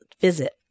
visit